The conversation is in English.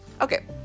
okay